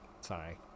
sorry